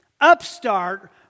upstart